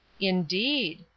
Indeed